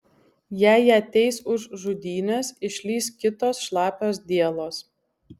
jei ją teis už žudynes išlįs kitos šlapios dielos